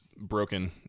broken